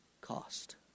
cost